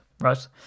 right